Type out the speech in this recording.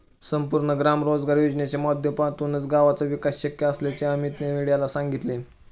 संपूर्ण ग्राम रोजगार योजनेच्या माध्यमातूनच गावाचा विकास शक्य असल्याचे अमीतने मीडियाला सांगितले